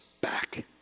back